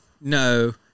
No